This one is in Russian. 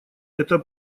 это